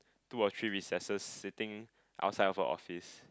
two or three recesses sitting outside of her office